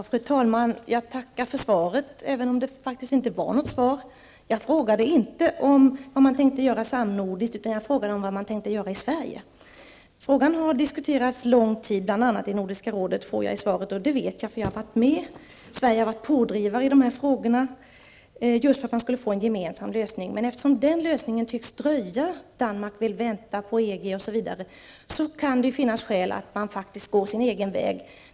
Fru talman! Jag tackar för svaret även om det faktiskt inte var något svar. Jag frågade inte vad man tänkte göra samnordiskt utan vad man tänkte göra i Sverige. Det stod i svaret att frågan har diskuterats lång tid, bl.a. i Nordiska rådet. Det vet jag eftersom jag har deltagit. Sverige har varit pådrivande just i syfte att man skulle nå fram till en gemensam lösning. Men eftersom denna tycks dröja -- Danmark vill vänta på EG, osv. -- kan det finnas skäl att faktiskt gå sin egen väg.